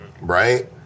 right